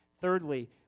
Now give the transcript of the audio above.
Thirdly